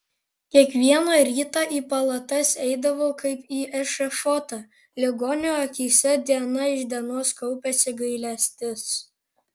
kiekvieną rytą į palatas eidavau kaip į ešafotą ligonių akyse diena iš dienos kaupėsi gailestis